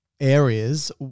areas